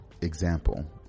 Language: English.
example